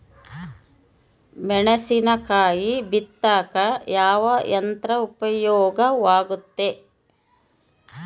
ಮೆಣಸಿನಕಾಯಿ ಬಿತ್ತಾಕ ಯಾವ ಯಂತ್ರ ಉಪಯೋಗವಾಗುತ್ತೆ?